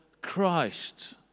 Christ